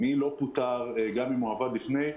מי לא פוטר גם אם הוא עבד לפני,